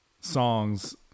songs